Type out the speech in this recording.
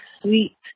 sweet